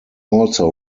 also